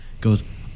goes